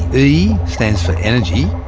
e stands for energy,